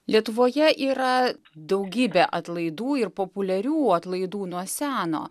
lietuvoje yra daugybė atlaidų ir populiarių atlaidų nuo seno